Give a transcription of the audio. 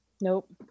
Nope